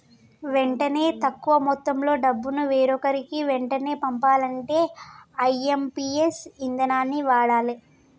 వెంటనే తక్కువ మొత్తంలో డబ్బును వేరొకరికి వెంటనే పంపాలంటే ఐ.ఎమ్.పి.ఎస్ ఇదానాన్ని వాడాలే